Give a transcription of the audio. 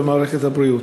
במערכת הבריאות.